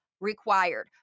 required